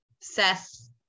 Seth